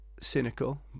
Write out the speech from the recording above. cynical